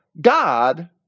God